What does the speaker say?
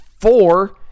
four